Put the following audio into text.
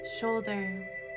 shoulder